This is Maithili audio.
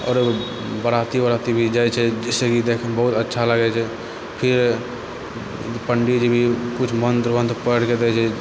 आओर बराती उराति भी जाइ छै जाहिसँ देखैमे बहुत अच्छा लागै छै पण्डीजी भी किछु मन्त्र वन्त्र पढ़ि कऽ दै छै